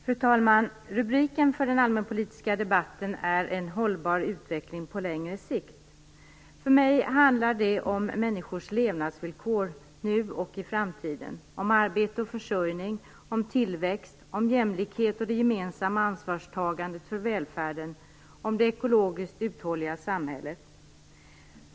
Fru talman! Rubriken för den allmänpolitiska debatten är: En hållbar utveckling på längre sikt. För mig handlar det om människors levnadsvillkor nu och i framtiden, om arbete och försörjning, om tillväxt, om jämlikhet, om det gemensamma ansvarstagandet för välfärden och om det ekologiskt uthålliga samhället.